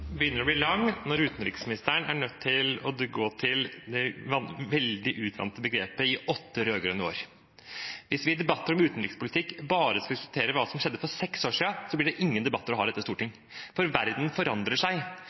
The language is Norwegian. begynner å bli lang når utenriksministeren er nødt til å ty til det veldig utvannede begrepet «i åtte rød-grønne år». Hvis vi i debatter om utenrikspolitikk bare skulle diskutere hva som skjedde for seks år siden, ville det ikke bli noen debatter å ha i dette storting, for verden forandrer seg.